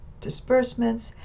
disbursements